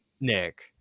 Nick